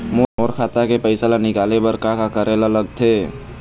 मोर खाता के पैसा ला निकाले बर का का करे ले लगथे?